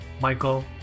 Michael